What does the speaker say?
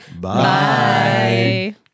Bye